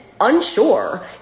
unsure